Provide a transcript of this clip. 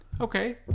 okay